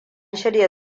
shirya